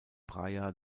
praia